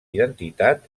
identitat